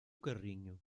carrinho